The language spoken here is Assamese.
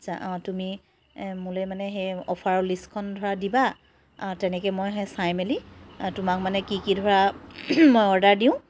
আচ্ছা তুমি মোলৈ মানে সেই অফাৰৰ লিষ্টখন ধৰা দিবা তেনেকৈ মই সেই চাই মেলি তোমাক মানে কি কি ধৰা মই অৰ্ডাৰ দিওঁ